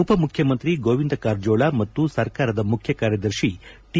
ಉಪಮುಖ್ಯಮಂತ್ರಿ ಗೋವಿಂದ ಕಾರಜೋಳ ಮತ್ತು ಸರ್ಕಾರದ ಮುಖ್ಯ ಕಾರ್ಯದರ್ಶಿ ಟಿ